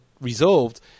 Resolved